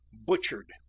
Butchered